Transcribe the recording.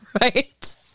Right